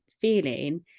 feeling